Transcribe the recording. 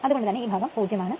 അത്കൊണ്ട് തന്നെ ഈ ഭാഗം 0 ആണ്